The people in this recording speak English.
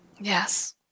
Yes